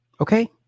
Okay